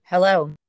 Hello